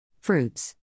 fruits